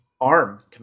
ARM